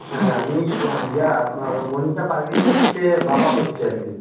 হ্যাঁ আমি ইয়ে মনীষা পারভিনের হচ্ছে বাবা বলছি আর কি